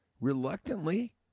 Reluctantly